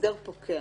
ההסדר פוקע.